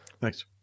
Thanks